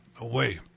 away